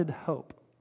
hope